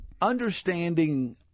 understanding